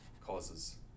causes